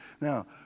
Now